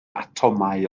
atomau